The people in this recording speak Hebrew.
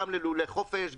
גם ללולי חופש,